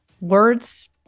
words